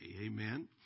Amen